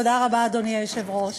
תודה רבה, אדוני היושב-ראש.